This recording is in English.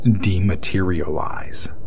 dematerialize